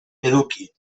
eduki